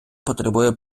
потребує